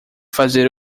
fazer